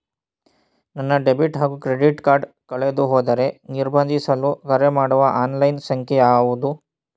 ನನ್ನ ಡೆಬಿಟ್ ಹಾಗೂ credit card ಕಳೆದುಹೋದರೆ ನಿರ್ಬಂಧಿಸಲು ಕರೆಮಾಡುವ ಆನ್ಲೈನ್ ಸಂಖ್ಯೆಯಾವುದು?